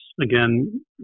again